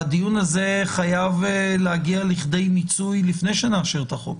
הדיון הזה חייב להגיע לכדי מיצוי לפני שנאשר את החוק